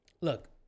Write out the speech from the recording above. look